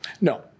No